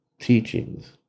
teachings